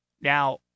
Now